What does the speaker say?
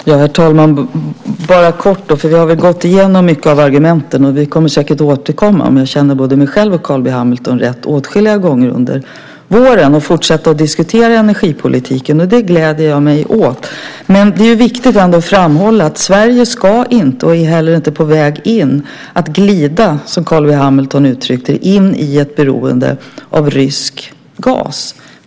Herr talman! Jag ska fatta mig kort, för vi har väl gått igenom många av argumenten. Om jag känner både mig själv och Carl B Hamilton rätt återkommer vi säkert åtskilliga gånger under våren till fortsatta diskussioner om energipolitiken. Det gläder jag mig åt. Men det är viktigt att ändå framhålla att Sverige inte ska, och inte heller är på väg att - som Carl B Hamilton uttryckte det - glida in i ett beroende av rysk gas.